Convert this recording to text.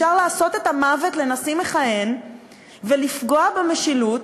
אפשר לעשות את המוות לנשיא מכהן ולפגוע במשילות